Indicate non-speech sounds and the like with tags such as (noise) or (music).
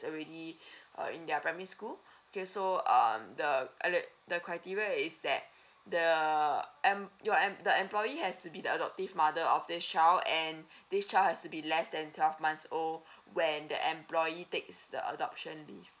already (breath) uh in their primary school okay so um the ele~ the criteria is that (breath) the em~ your em~ the employee has to be the adoptive mother of the child and (breath) the child has to be less than twelve months old (breath) when the employee takes the adoption leave